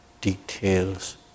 details